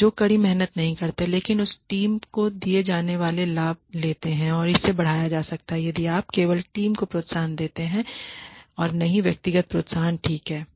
जो कड़ी मेहनत नहीं करते हैं लेकिन उस टीम को दिए जाने वाले लाभ लेते हैं और इसे बढ़ाया जा सकता है यदि आप केवल टीम को प्रोत्साहन देते हैं और नहीं व्यक्तिगत प्रोत्साहन ठीक है